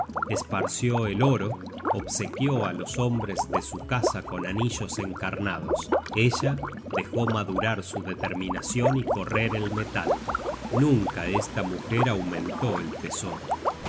esparció el oro obsequió á los hombres de su casa con anillos encarnados ella dejó madurar su determinacion y correr el metal nunca esta mujer aumentó el tesoro que